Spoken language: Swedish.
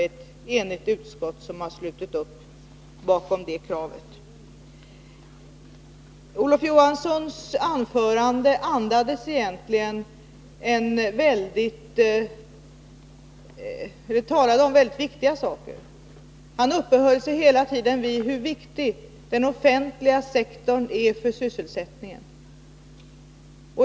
Ett enigt utskott har alltså slutit upp bakom det kravet. Olof Johansson talade om väldigt viktiga saker. Han uppehöll sig hela tiden vid hur viktig den offentliga sektorn är för sysselsättningen.